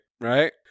right